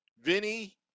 Vinny